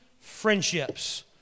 friendships